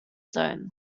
zone